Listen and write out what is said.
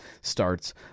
starts